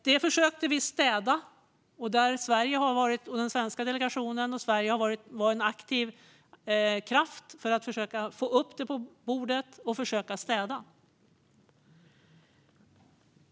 Detta försökte vi städa upp. Sverige och den svenska delegationen var en aktiv kraft för att försöka få upp detta på bordet och försöka städa.